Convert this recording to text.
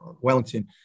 Wellington